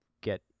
get